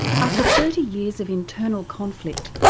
after thirty years of internal conflict,